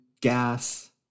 gas